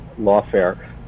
Lawfare